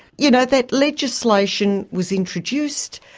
you know, that legislation was introduced,